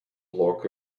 block